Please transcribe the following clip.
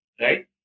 right